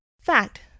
Fact